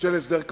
של הסדר כפוי,